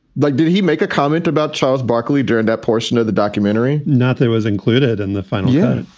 like, did he make a comment about charles barkley during that portion of the documentary? nothing was included in the final. yeah.